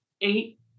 eight